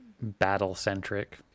battle-centric